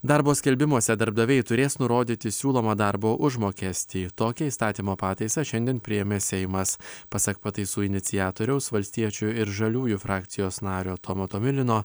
darbo skelbimuose darbdaviai turės nurodyti siūlomą darbo užmokestį tokią įstatymo pataisą šiandien priėmė seimas pasak pataisų iniciatoriaus valstiečių ir žaliųjų frakcijos nario tomo tomilino